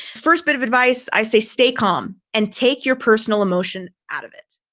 first bit of advice, i say, stay calm and take your personal emotion out of it.